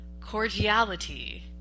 cordiality